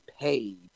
paid